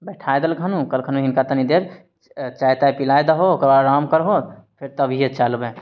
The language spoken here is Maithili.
बैठा देलखनु कहलखनु हिनका तनी देर चाय ताय पिलाय दहो ओकरबाद आराम करहो फेर तभिये चलबय